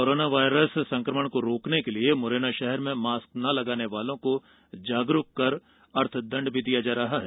corona virus संक्रमण को रोकने के लिये मुरैना शहर में मास्क न लगाने वाले लोगों को जागरूक कर अर्थदण्ड भी दिया जा रहा है